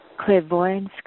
clairvoyance